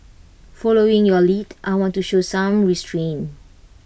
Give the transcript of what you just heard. following your lead I want to show some restraint